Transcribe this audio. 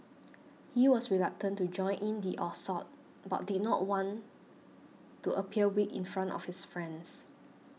he was reluctant to join in the assault but did not want to appear weak in front of his friends